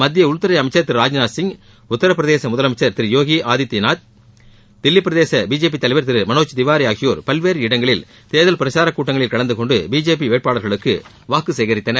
மத்திய உள்துறை அமைச்சர் திரு ராஜ்நாத்சிங் உத்தரபிரதேச முதலமைச்சர் திரு யோகி ஆதித்யநாத் தில்லி பிரதேச பிஜேபி தலைவர் திரு மனோஜ் திவாரி ஆகியோர் பல்வேறு இடங்களில் தேர்தல் பிரசார கூட்டங்களில் கலந்துகொண்டு பிஜேபி வேட்பாளர்களுக்கு வாக்கு சேகரித்தனர்